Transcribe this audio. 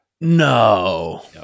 No